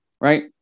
right